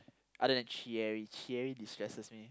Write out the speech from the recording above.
other than destresses me